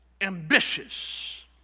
ambitious